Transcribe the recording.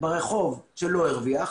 ברחוב שלא הרוויח.